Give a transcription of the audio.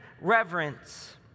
reverence